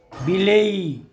ବିଲେଇ